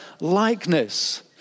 likeness